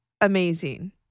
amazing